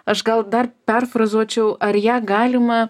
aš gal dar perfrazuočiau ar ją galima